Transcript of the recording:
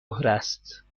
است